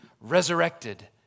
resurrected